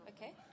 Okay